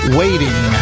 waiting